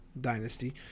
Dynasty